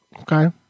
Okay